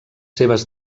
seves